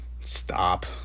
stop